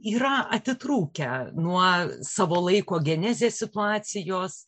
yra atitrūkę nuo savo laiko genezė situacijos